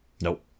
Nope